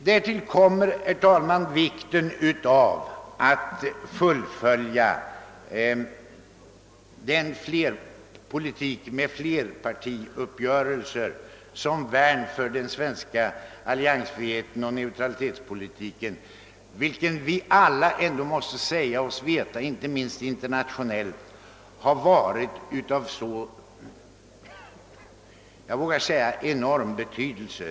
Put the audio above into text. Härtill kommer vikten av att fullfölja den politik med flerpartiuppgörelser som värn för den svenska alliansfriheten och neutralitetspolitiken som vi alla vet har varit av så enorm betydelse internationellt.